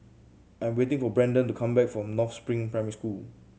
I'm waiting for Brandan to come back from North Spring Primary School